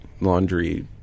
laundry